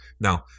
Now